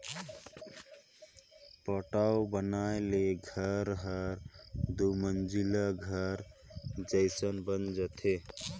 पटाव बनाए ले घर हर दुमंजिला घर जयसन बन जाथे